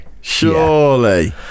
Surely